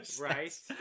Right